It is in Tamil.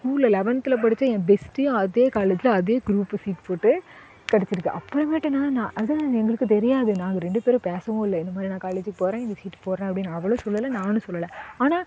ஸ்கூலில் லெவன்த்தில் படித்த என் பெஸ்டியும் அதே காலேஜில் அதே குரூப் சீட் போட்டு கெடைச்சுருக்கு அப்புறமேட்டு நான் நான் அதான் எங்களுக்கு தெரியாது நாங்கள் ரெண்டு பேரும் பேசவும் இல்லை இந்த மாதிரி நான் காலேஜுக்கு போகிறேன் இந்த சீட் போடுறேன் அப்படின்னு அவளும் சொல்லலை நானும் சொல்லலை ஆனால்